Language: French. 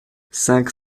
cinq